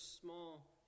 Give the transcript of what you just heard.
small